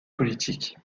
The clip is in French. politique